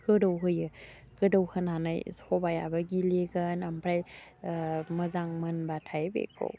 गोदौ होयो गोदौ होनानै सबाइआबो गिलिगोन आमफ्राय मोजां मोनबाथाय बेखौ